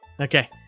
Okay